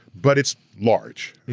but it's large, and